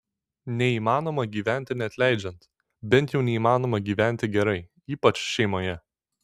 neįmanoma gyventi neatleidžiant bent jau neįmanoma gyventi gerai ypač šeimoje